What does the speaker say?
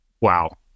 Wow